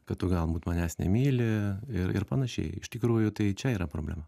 kad tu galbūt manęs nemyli ir ir panašiai iš tikrųjų tai čia yra problema